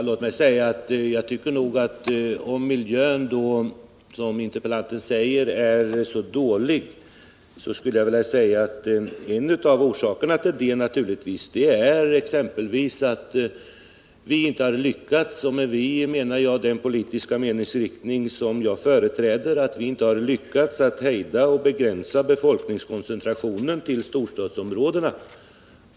Herr talman! Om miljön är så dålig som interpellanten hävdar skulle jag vilja säga att en av orsakerna till det naturligtvis är att vi — och med ”vi” menar jag den politiska riktning som jag företräder — inte tidigare har lyckats begränsa befolkningskoncentrationen till storstadsområdena.